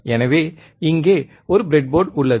எனவே இங்கே ஒரு பிரெட் போர்டு உள்ளது